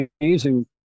amazing